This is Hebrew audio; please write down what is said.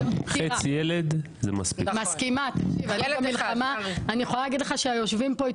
אני רוצה למנוע את התופעה.